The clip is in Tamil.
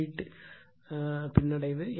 8 பின்னடைவு